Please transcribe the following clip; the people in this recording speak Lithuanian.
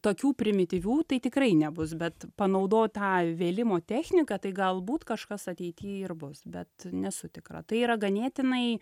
tokių primityvių tai tikrai nebus bet panaudot tą vėlimo techniką tai galbūt kažkas ateity ir bus bet nesu tikra tai yra ganėtinai